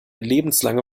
lebenslange